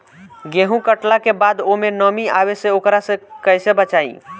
गेंहू कटला के बाद ओमे नमी आवे से ओकरा के कैसे बचाई?